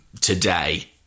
today